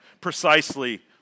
precisely